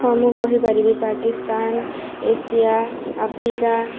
ହଁ ମୁଁ କହିପାରିବି ପାକିସ୍ତାନ ଏସିଆ ଆଫ୍ରିକା